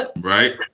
Right